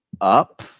up